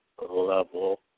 level